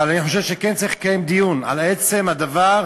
אבל אני חושב שכן צריך לקיים דיון על עצם הדבר.